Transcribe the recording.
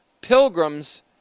Pilgrims